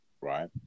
right